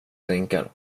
drinkar